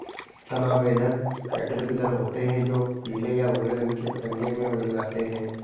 तना बेधक कैटरपिलर होते हैं जो पीले या भूरे रंग के पतंगे में बदल जाते हैं